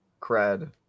Cred